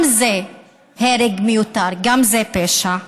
גם זה הרג מיותר, גם זה פשע.